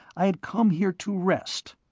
i had come here to rest.